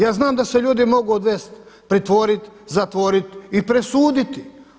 Ja znam da se ljudi mogu odvest, pritvorit, zatvorit i presuditi.